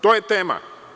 To je tema.